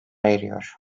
eriyor